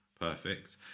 perfect